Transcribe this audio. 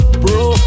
bro